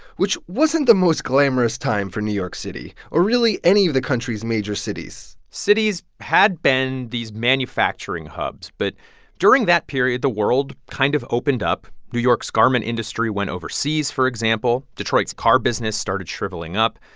which wasn't the most glamorous time for new york city, or really any of the country's major cities cities had been these manufacturing hubs. but during that period, the world kind of opened up. new york's garment industry went overseas, for example. detroit's car business started shriveling up.